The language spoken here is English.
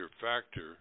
factor